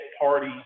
party